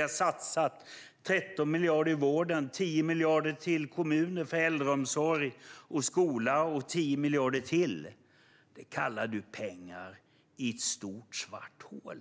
har satsat 13 miljarder på vården, 10 miljarder till kommunerna för äldreomsorg och skola och ytterligare 10 miljarder - det kallar du för pengar i ett stort svart hål.